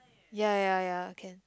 ya ya ya can